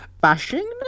Bashing